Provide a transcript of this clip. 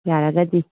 ꯌꯥꯔꯒꯗꯤ